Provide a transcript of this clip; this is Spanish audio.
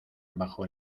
bajo